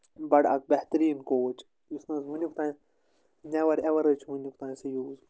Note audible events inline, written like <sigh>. بَڑٕ اَکھ بہتریٖن کوچ یُس نَہ حظ وُنیٛک تانۍ نیٚوَر ایٚوَر حظ چھِ وُنیٛک تانۍ سُہ <unintelligible>